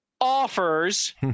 offers